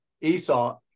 Esau